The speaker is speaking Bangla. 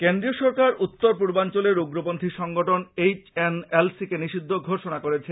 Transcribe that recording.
কেন্দ্রীয় সরকার উত্তরপূর্বাঞ্চলের উগ্রপন্থী সংগঠন এইচ এন এল সিকে নিষিদ্ধ ঘোষনা করেছে